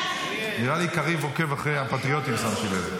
נראה לי שקריב עוקב אחרי הפטריוטים, שמתי לב.